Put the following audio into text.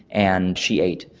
and she ate,